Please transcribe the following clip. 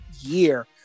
year